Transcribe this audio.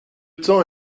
temps